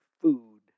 food